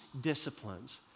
disciplines